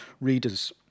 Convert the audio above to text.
readers